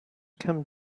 come